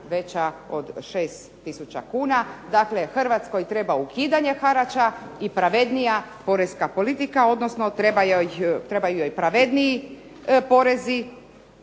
veća od 6 tisuća kuna, dakle Hrvatskoj treba ukidanje harača i pravednija poreska politika, odnosno trebaju joj pravedniji porezi